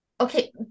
okay